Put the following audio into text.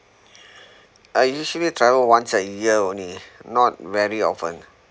I usually travel once a year only not very often